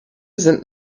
sind